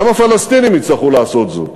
גם הפלסטינים יצטרכו לעשות זאת.